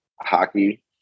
hockey